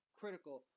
critical